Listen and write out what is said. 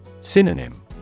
Synonym